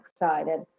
excited